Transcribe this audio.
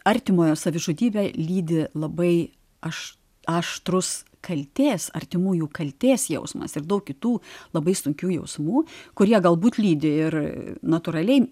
artimojo savižudybę lydi labai aš aštrus kaltės artimųjų kaltės jausmas ir daug kitų labai sunkių jausmų kurie galbūt lydi ir natūraliai